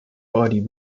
body